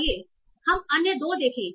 आइए हम अन्य 2 देखें